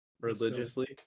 religiously